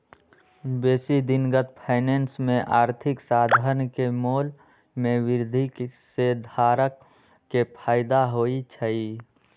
बेशी दिनगत फाइनेंस में आर्थिक साधन के मोल में वृद्धि से धारक के फयदा होइ छइ